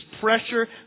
pressure